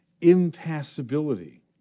Impassibility